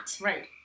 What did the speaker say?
Right